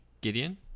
Gideon